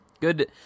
Good